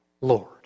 Lord